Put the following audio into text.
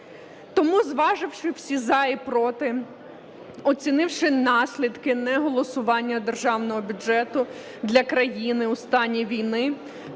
Тому, зваживши всі за і проти, оцінивши наслідки не голосування державного бюджету для країни у стані війни,